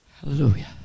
hallelujah